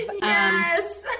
Yes